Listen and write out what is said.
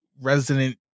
Resident